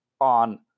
on